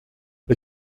les